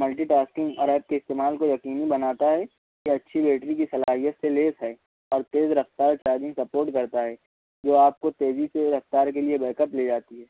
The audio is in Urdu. ملٹی ٹاسکنگ اور آپ کے استعمال کو یقینی بناتا ہے یہ اچھی بیٹری کی صلاحیت سے لیس ہے اور تیز رفتار چارجنگ سپورٹ کرتا ہے جو آپ کو تیزی سے رفتار کے لیے بیک اپ لے جاتی ہے